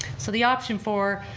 so the option four,